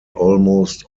almost